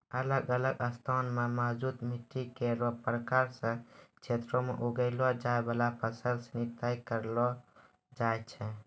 अलग अलग स्थान म मौजूद मिट्टी केरो प्रकार सें क्षेत्रो में उगैलो जाय वाला फसल सिनी तय करलो जाय छै